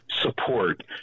support